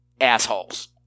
assholes